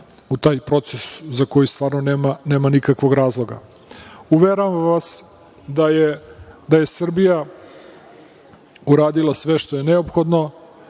u taj proces za koji stvarno nema nikakvog razloga. Uveravam vas da je Srbija uradila sve što je neophodno